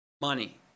money